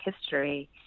history